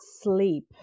sleep